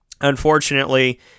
unfortunately